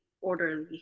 orderly